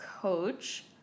coach